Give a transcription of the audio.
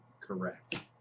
correct